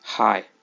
Hi